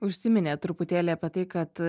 užsiminėt truputėlį apie tai kad